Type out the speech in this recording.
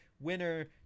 winner